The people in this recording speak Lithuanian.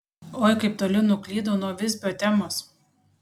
oi kaip toli nuklydau nuo visbio temos